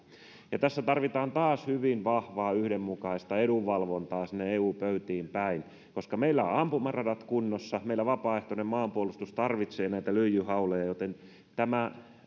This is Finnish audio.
tässä tarvitaan taas hyvin vahvaa yhdenmukaista edunvalvontaa sinne eu pöytiin päin koska meillä ampumaradat ovat kunnossa meillä vapaaehtoinen maanpuolustus tarvitsee näitä lyijyhauleja joten